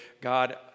God